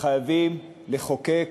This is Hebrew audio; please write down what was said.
וחייבים לחוקק